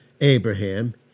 Abraham